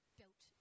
built